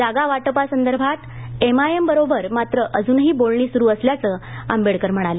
जागा वाटपासंदर्भात एमआयएम बरोबर मात्र अजुनही बोलणी सुरु असल्याचं आंबेडकर म्हणाले